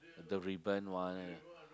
the ribbon one